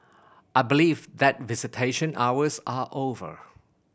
I believe that visitation hours are over